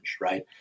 right